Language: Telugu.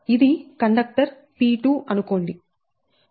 ఇది కండక్టర్ P2 అనుకోండి